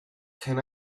can